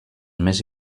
més